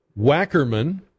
Wackerman